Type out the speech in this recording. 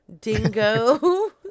Dingo